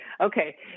Okay